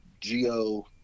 geo